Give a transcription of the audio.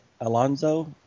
Alonzo